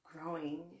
growing